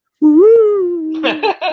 Woo